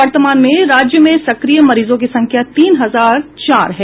वर्तमान में राज्य में सक्रिय मरीजों की संख्या तीन हजार चार है